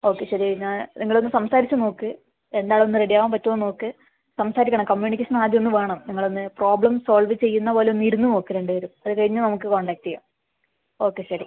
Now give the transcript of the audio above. okay ശരി എന്നാൽ നിങ്ങളൊന്ന് സംസാരിച്ച് നോക്ക് രണ്ട് ആളും ഒന്ന് റെഡി ആവാൻ പറ്റുവോന്ന് നോക്ക് സംസാരിക്കണം കമ്മ്യൂണിക്കേഷൻ ആദ്യം ഒന്ന് വേണം നിങ്ങളൊന്ന് പ്രോബ്ലം സോൾവ് ചെയ്യുന്ന പോലെ ഒന്ന് ഇരുന്ന് നോക്ക് രണ്ട് പേരും അത് കഴിഞ്ഞ് നമക്ക് കോൺടാക്ട് ചെയ്യാം ഓക്കെ ശരി